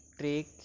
take